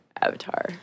avatar